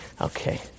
Okay